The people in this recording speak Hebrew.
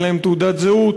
אין להן תעודת זהות,